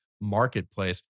Marketplace